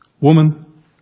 woman